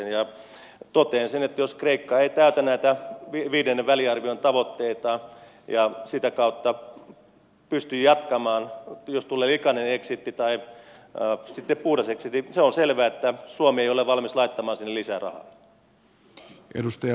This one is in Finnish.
totean sen että jos kreikka ei täytä näitä viidennen väliarvion tavoitteita ja sitä kautta pysty jatkamaan jos tulee likainen eksitti tai sitten puhdas eksitti se on selvä että suomi ei ole valmis laittamaan sinne lisää rahaa